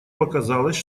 показалось